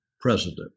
president